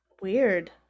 weird